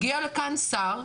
הגיע לכאן שר,